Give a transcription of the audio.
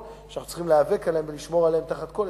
שאנחנו צריכים להיאבק עליהם ולשמור עליהם בכל הסכם.